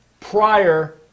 prior